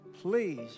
Please